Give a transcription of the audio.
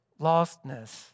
lostness